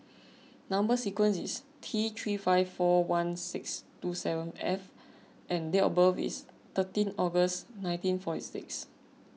Number Sequence is T three five four one six two seven F and date of birth is thirteen August nineteen forty six